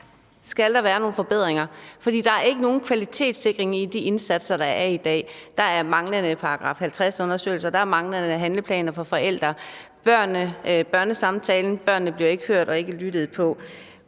skal være nogle forbedringer dér, for der er ikke nogen kvalitetssikring i de indsatser, der er i dag. Der er manglende § 50-undersøgelser; der er manglende handleplaner for forældre; i forhold til børnesamtalen bliver børnene ikke hørt og ikke lyttet til.